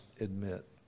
admit